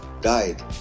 died